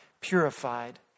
purified